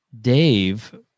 Dave